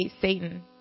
Satan